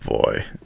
boy